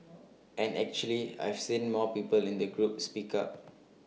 and actually I've seen more people in that group speak up